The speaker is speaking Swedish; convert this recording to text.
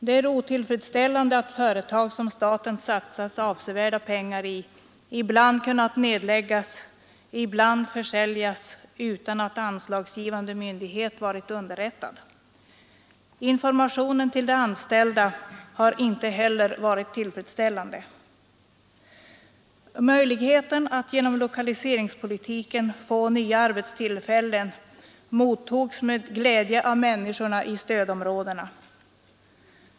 Det är otillfredsställande att företag, som staten har satsat avsevärda pengar i, ibland har kunnat nedläggas, ibland försäljas utan att anslagsgivande myndighet varit underrättad härom. Informationen till de anställda har heller inte varit tillfredsställande. Möjligheten att genom lokaliseringspolitiken få nya arbetstillfällen mottogs med glädje av människorna i stödområdena.